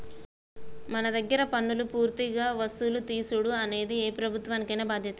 మన దగ్గర పన్నులు పూర్తిగా వసులు తీసుడు అనేది ఏ ప్రభుత్వానికైన బాధ్యతే